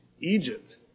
Egypt